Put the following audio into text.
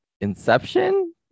Inception